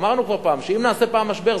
אמרנו כבר פעם שאם נעשה פעם משבר,